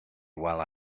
while